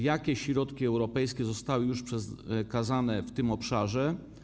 Jakie środki europejskie zostały już przekazane w tym obszarze?